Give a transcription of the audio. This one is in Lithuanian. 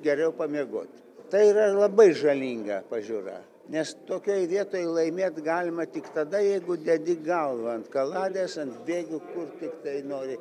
geriau pamiegot tai yra labai žalinga pažiūra nes tokioj vietoj laimėt galima tik tada jeigu dedi galvą ant kaladės ant bėgių kur tiktai nori